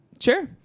Sure